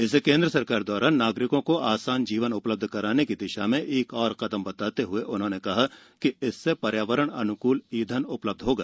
इसे केन्द्र सरकार द्वारा नागरिकों को आसान जीवन उपलब्ध कराने की दिशा में एक और कदम बताते हुए उन्होंने कहा कि इससे पर्यावरण अनुकूल ईंधन उपलब्ध होगा